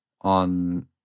on